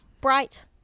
bright